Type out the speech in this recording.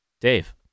Dave